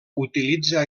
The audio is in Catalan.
utilitza